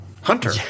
Hunter